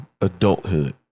adulthood